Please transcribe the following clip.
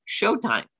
Showtime